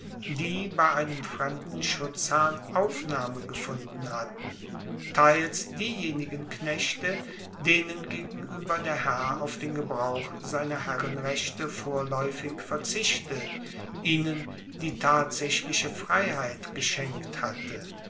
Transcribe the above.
die bei einem fremden schutzherrn aufnahme gefunden hatten teils diejenigen knechte denen gegenueber der herr auf den gebrauch seiner herrenrechte vorlaeufig verzichtet ihnen die tatsaechliche freiheit geschenkt hatte